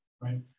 right